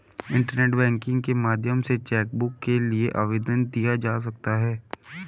internet banking के माध्यम से चैकबुक के लिए आवेदन दिया जा सकता है